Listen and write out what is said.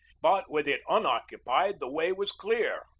but with it unoccupied the way was clear